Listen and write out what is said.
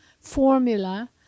formula